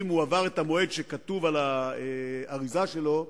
אם הוא עבר את המועד שכתוב על האריזה שלו,